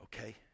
Okay